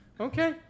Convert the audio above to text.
Okay